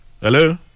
Hello